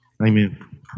Amen